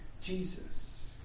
Jesus